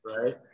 Right